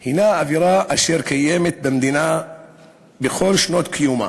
היא אווירה אשר קיימת במדינה בכל שנות קיומה.